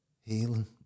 healing